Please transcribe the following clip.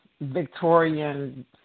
Victorian